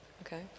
Okay